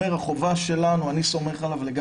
כמו כל תרופה, אם אתה צריך יותר אתה תשלם יותר.